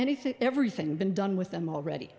anything everything been done with them already